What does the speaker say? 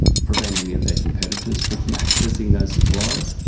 prevent any of their competitors from accessing those suppliers.